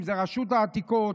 אם זה רשות העתיקות,